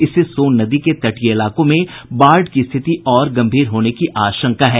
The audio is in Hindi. इससे सोन नदी के तटीय इलाकों में बाढ़ की स्थिति और गम्भीर होने की आशंका है